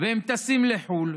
והם טסים לחו"ל,